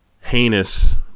heinous